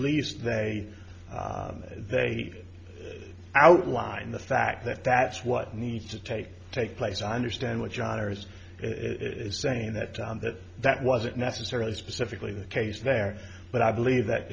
least they they outlined the fact that that's what needs to take take place i understand what john harris it's saying that john that that wasn't necessarily specifically the case there but i believe that